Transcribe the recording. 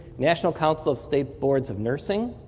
national council of state boards of nursing,